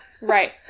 Right